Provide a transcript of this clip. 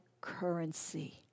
currency